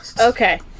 Okay